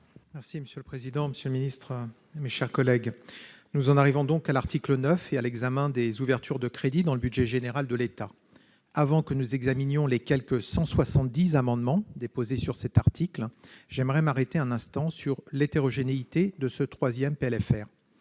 Monsieur le président, monsieur le ministre, mes chers collègues, nous en arrivons à l'article 9 et à l'examen des ouvertures de crédits dans le budget général de l'État. Avant que nous examinions les quelque 170 amendements déposés sur cet article, je veux m'arrêter un instant sur l'hétérogénéité de ce troisième PLFR.